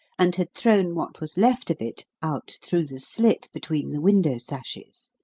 and had thrown what was left of it out through the slit between the window-sashes.